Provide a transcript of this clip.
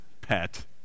pet